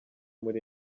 muri